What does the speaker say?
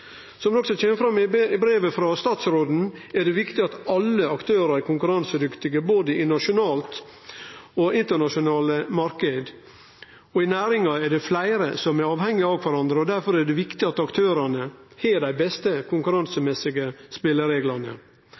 Som det også kjem fram i brevet frå statsråden, er det viktig at alle aktørar er konkurransedyktige både nasjonalt og i internasjonale marknader. I næringa er det fleire som er avhengige av kvarandre, og difor er det viktig at aktørane har dei beste konkurransemessige spelereglane.